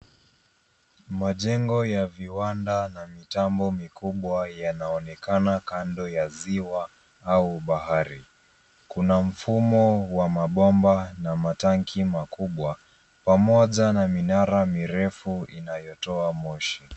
Majengo ya viwanda na mitambo mikubwa yanaonekana kando ya ziwa au bahari. Kuna mfumo wa mabomba na matanki makubwa pamoja na minara mirefu inayotoa moshi.